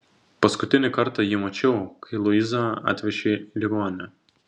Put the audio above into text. paskutinį kartą jį mačiau kai luizą atvežė į ligoninę